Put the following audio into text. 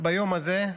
ביום הזה,